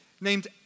named